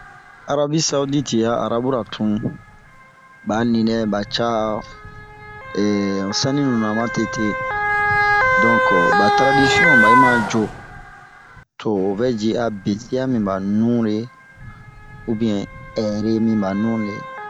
Arabi saudite a arabura tun, ba'a ninɛ ba caa ho saninu na matete. Donke ba taradisiɔn bayi ma yoo, to'o vɛ yi a'a besia minba nure, ubɛn ɛre minba nure.